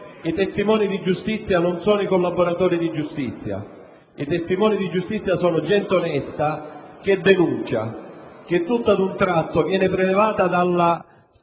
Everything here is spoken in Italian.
I testimoni di giustizia non sono i collaboratori di giustizia: si tratta di gente onesta che denuncia e che, tutto ad un tratto, viene prelevata dalla